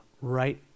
right